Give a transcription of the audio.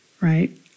right